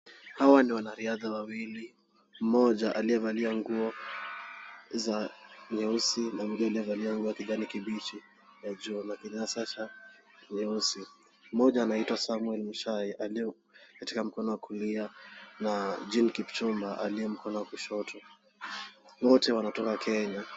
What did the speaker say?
Hawa ndio wanariadha wawili, mmoja aliyevalia nguo za nyeusi na mwingine aliyevalia nguo ya kijani kibichi juu na kinyasha nyeusi. Mmoja anaitwa Samuel Muchai, aliye katika mkono wa kulia, na Jean Kipchumba aliye mkono wa kushoto. Wote wanatoka Kenya.